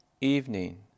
Evening